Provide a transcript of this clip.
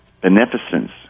beneficence